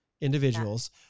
individuals